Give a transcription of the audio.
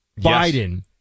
Biden